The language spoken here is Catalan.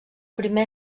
primer